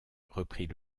reprit